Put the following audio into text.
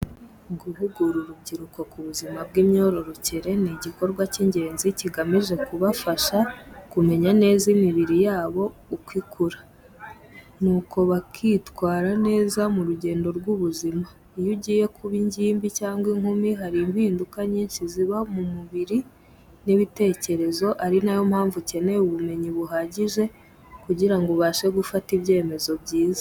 Guhugura urubyiruko ku buzima bw’imyororokere ni igikorwa cy’ingenzi kigamije kubafasha kumenya neza imibiri yabo, uko ikura, n’uko bakwitwara neza mu rugendo rw’ubuzima. Iyo ugiye kuba ingimbi cyangwa inkumi, hari impinduka nyinshi ziba mu mubiri n’ibitekerezo, ari na yo mpamvu ukeneye ubumenyi buhagije kugira ngo ubashe gufata ibyemezo byiza.